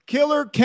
Killer